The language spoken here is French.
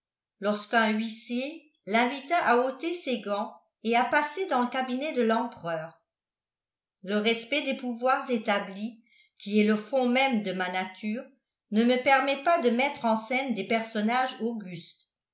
lorsqu'un huissier l'invita à ôter ses gants et à passer dans le cabinet de l'empereur le respect des pouvoirs établis qui est le fond même de ma nature ne me permet pas de mettre en scène des personnages augustes